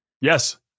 Yes